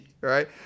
Right